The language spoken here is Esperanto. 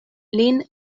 lin